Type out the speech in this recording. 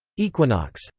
equinox.